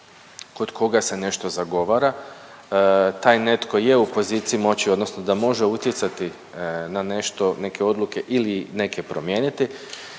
kod koga se nešto zagovara. Taj netko je u poziciji moći odnosno da može utjecati na nešto, neke odluke ili neke promijeniti